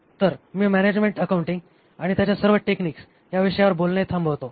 तर मी management accounting आणि त्याच्या सर्व टेक्निक्स या विषयावर बोलणे थांबवतो